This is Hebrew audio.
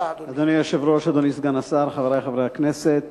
אדוני היושב-ראש, אדוני סגן השר, חברי חברי הכנסת,